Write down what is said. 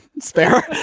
spare